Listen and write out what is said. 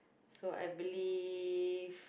so I believe